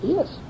Yes